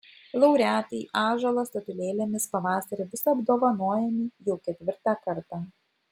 laureatai ąžuolo statulėlėmis pavasarį bus apdovanojami jau ketvirtą kartą